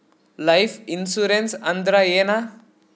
Life insurance ಅಂದ್ರ ಏನ?